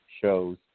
shows